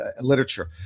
literature